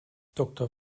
doktor